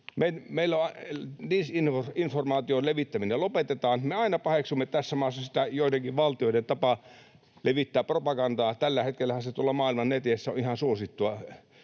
tällainen disinformaation levittäminen lopetetaan. Me aina paheksumme tässä maassa sitä joidenkin valtioiden tapaa levittää propagandaa — tällä hetkellähän se tuolla maailman neteissä on ihan suosittua